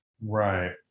Right